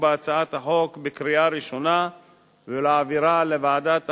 בהצעת החוק בקריאה ראשונה ולהעבירה לוועדת החוקה,